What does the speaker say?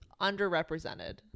underrepresented